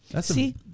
See